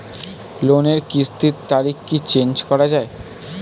লোনের কিস্তির তারিখ কি চেঞ্জ করা যায়?